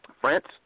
France